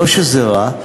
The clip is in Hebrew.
לא שזה רע,